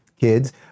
kids